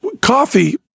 coffee